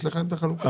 יש לך את החלוקה?